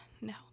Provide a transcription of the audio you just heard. No